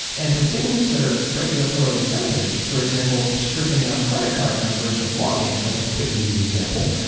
and for things that are regulatory sensitive, for example, stripping out credit card numbers from log data is a quick and easy example.